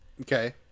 Okay